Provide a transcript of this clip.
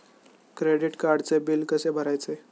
Credit कार्डचे bill कसे भरायचे?